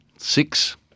Six